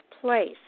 place